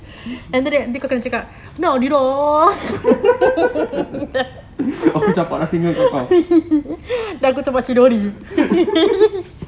aku campak singa kat kau